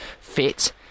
fit